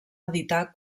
editar